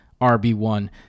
RB1